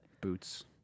boots